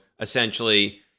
essentially